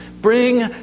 Bring